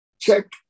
check